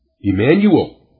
Emmanuel